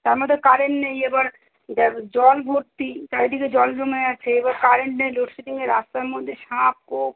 তার মধ্যে কারেন্ট নেই এবার দেখ জল ভর্তি চারিদিকে জল জমে আছে এইবার কারেন্ট নেই লোডশেডিংয়ে রাস্তার মধ্যে সাপ খোপ